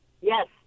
Yes